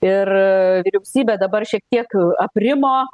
ir vyriausybė dabar šiek tiek aprimo